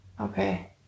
Okay